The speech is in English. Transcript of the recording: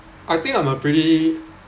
I think I'm a pretty